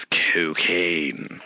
cocaine